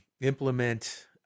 implement